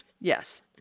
Yes